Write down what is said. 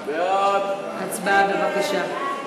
הצבעה, בבקשה.